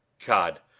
god!